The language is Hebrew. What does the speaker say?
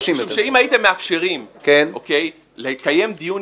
משום שאם הייתם מאפשרים לקיים דיון